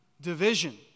division